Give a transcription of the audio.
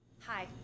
Hi